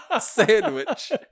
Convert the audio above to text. sandwich